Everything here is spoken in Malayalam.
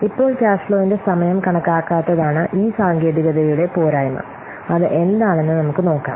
ഇപ്പോൾ ക്യാഷ് ഫ്ലോവിന്റെ സമയം കണക്കാക്കാത്തതാണ് ഈ സാങ്കേതികതയുടെ പോരായ്മ അത് എന്താണെന്ന് നമുക്ക് നോക്കാം